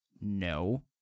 No